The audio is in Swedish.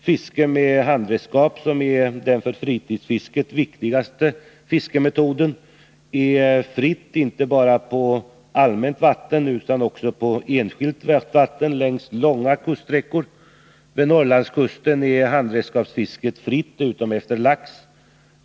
Fiske med handredskap, som är den för fritidsfisket viktigaste fiskemetoden, är fritt inte bara på allmänt vatten utan också på enskilt vatten längs långa kuststräckor. Vid Norrlandskusten är handredskapsfisket fritt utom efter lax.